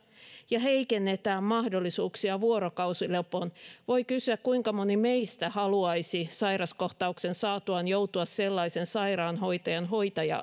ja heikennetään mahdollisuuksia vuorokausilepoon voi kysyä kuinka moni meistä haluaisi sairaskohtauksen saatuaan joutua sellaisen sairaanhoitajan